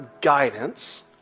guidance